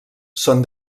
són